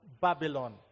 Babylon